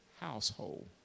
household